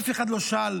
אף אחד לא שאל,